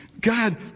God